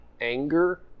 anger